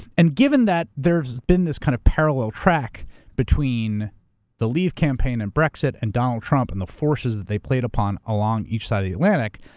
and given that there has been this kind of parallel track between the leave campaign and brexit, and donald trump and the forces that they played upon on each side of the atlantic,